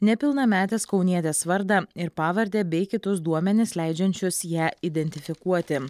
nepilnametės kaunietės vardą ir pavardę bei kitus duomenis leidžiančius ją identifikuoti